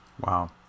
Wow